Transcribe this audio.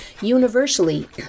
universally